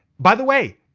by the way,